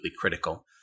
critical